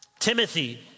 Timothy